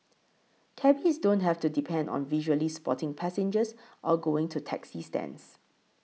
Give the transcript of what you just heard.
cabbies don't have to depend on visually spotting passengers or going to taxi stands